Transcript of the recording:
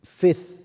fifth